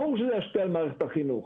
ברור שזה ישפיע על מערכת החינוך.